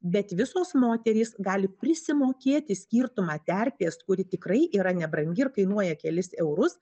bet visos moterys gali prisimokėti skirtumą terpės kuri tikrai yra nebrangi ir kainuoja kelis eurus